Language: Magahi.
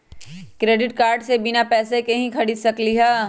क्रेडिट कार्ड से बिना पैसे के ही खरीद सकली ह?